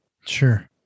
Sure